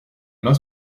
main